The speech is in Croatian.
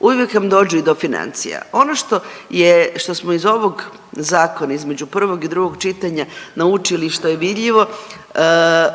uvijek vam dođu i do financija. Ono što smo iz ovog zakona između prvog i drugog čitanja naučili i što je vidljivo